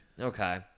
Okay